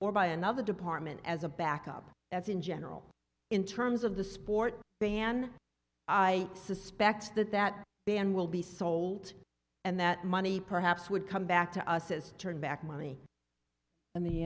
or by another department as a backup as in general in terms of the sport than i suspect that that ban will be sold and that money perhaps would come back to us as turn back money in the